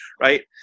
right